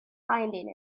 finding